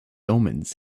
omens